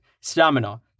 stamina